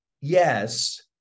yes